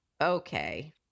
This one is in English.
okay